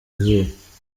izuba